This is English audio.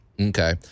Okay